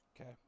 Okay